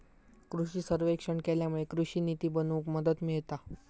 कृषि सर्वेक्षण केल्यामुळे कृषि निती बनवूक मदत मिळता